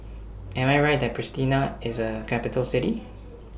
Am I Right that Pristina IS A Capital City